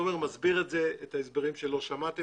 לסיכום,